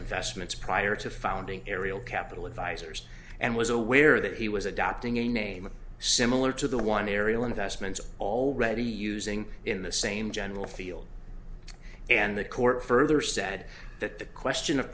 investments prior to founding ariel capital advisors and was aware that he was adopting a name similar to the one ariel investments already using in the same general field and the court further said that the question of